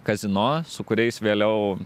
kazino su kuriais vėliau